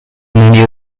many